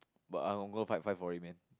but I I will fight fight for it man